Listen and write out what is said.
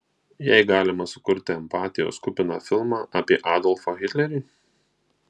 jei galima sukurti empatijos kupiną filmą apie adolfą hitlerį